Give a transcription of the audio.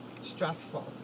stressful